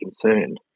concerned